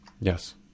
Yes